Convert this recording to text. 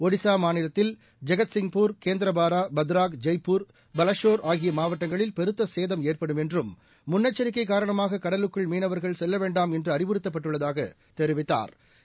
ஒடிசா மாநிலத்தில் ஜெகத்சிப்பூர் கேந்திரபாரா பத்ராக் ஜெய்பூர் பலஷோர் ஆகிய மாவட்டங்களில் பெருத்த சேதம் ஏற்படும் என்றும் முன்னெச்சிக்கை காரணமாக கடலுக்குள் மீனவர்கள் செல்ல வேண்டாம் என்று அறிவுறுத்தப்பட்டுள்ளதாக தெரிவித்தாா்